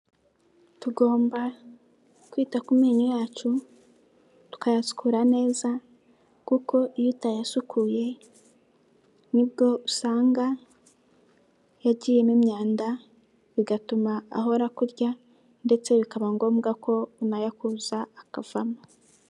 Tugomba kwita ku menyo yacu, tukayasukura neza, kuko iyo utayasukuye ni bwo usanga yagiyemo imyanda, bigatuma ahora akurya, ndetse bikaba ngombwa ko unayakuza, akavamo.